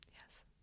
Yes